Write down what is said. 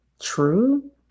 true